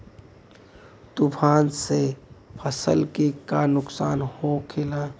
तूफान से फसल के का नुकसान हो खेला?